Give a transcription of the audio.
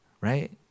right